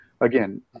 Again